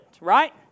right